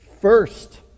first